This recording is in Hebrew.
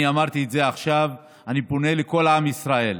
אני אמרתי את זה עכשיו, ואני פונה לכל עם ישראל,